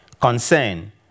concern